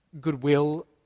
goodwill